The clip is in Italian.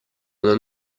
non